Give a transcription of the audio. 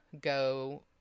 go